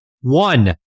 one